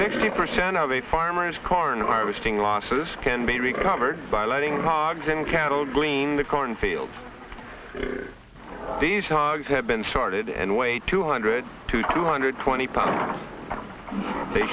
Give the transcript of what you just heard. sixty percent of the farmers corn harvest ing losses can be recovered by letting hogs and cattle glean the corn fields these dogs have been charted and weighed two hundred to two hundred twenty pounds they